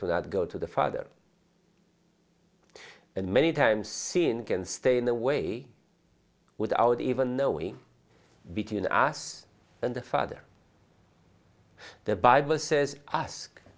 to that go to the father and many times scene can stay in the way without even knowing between us and the father the bible says ask